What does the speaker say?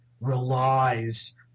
relies